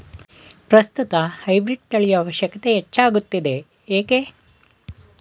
ಪ್ರಸ್ತುತ ಹೈಬ್ರೀಡ್ ತಳಿಯ ಅವಶ್ಯಕತೆ ಹೆಚ್ಚಾಗುತ್ತಿದೆ ಏಕೆ?